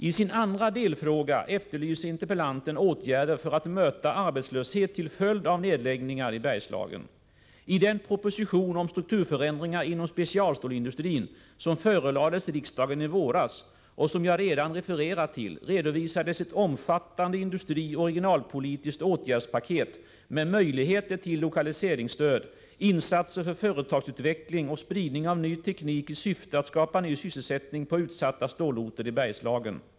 I sin andra delfråga efterlyser interpellanten åtgärder för att möta arbetslöshet till följd av nedläggningar i Bergslagen. I den proposition om strukturförändringar inom specialstålsindustrin som förelades riksdagen i våras och som jag redan refererat till redovisades ett omfattande industrioch regionalpolitiskt åtgärdspaket med möjligheter till lokaliseringsstöd, insatser för företagsutveckling och spridning av ny teknik i syfte att skapa ny sysselsättning på utsatta stålorter i Bergslagen.